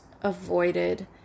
avoided